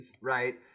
right